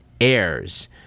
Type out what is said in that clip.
heirs